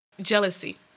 Jealousy